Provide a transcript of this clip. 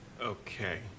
Okay